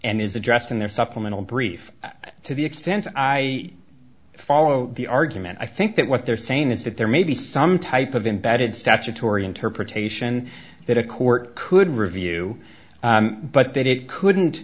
addressed in their supplemental brief to the extent i follow the argument i think that what they're saying is that there may be some type of embedded statutory interpretation that a court could review but that it couldn't